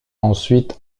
ensuite